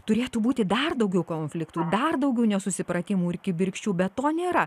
turėtų būti dar daugiau konfliktų dar daugiau nesusipratimų ir kibirkščių bet to nėra